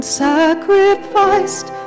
sacrificed